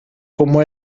como